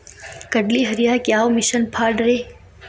ಕಡ್ಲಿ ಹರಿಯಾಕ ಯಾವ ಮಿಷನ್ ಪಾಡ್ರೇ?